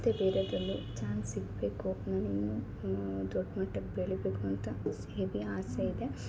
ಮತ್ತು ಬೇರೆದ್ರಲ್ಲು ಚಾನ್ಸ್ ಸಿಗಬೇಕು ನಾನು ಇನ್ನೂ ದೊಡ್ಡ ಮಟ್ಟಕ್ಕೆ ಬೆಳಿಬೇಕು ಅಂತ ಹೀಗೆ ಆಸೆಯಿದೆ